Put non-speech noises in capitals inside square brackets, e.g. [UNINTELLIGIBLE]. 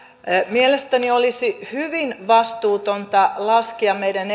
mielestäni olisi hyvin vastuutonta laskea meidän [UNINTELLIGIBLE]